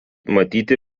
matyti